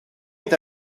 est